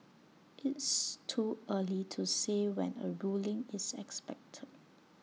it's too early to say when A ruling is expected